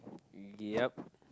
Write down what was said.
yup